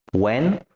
when,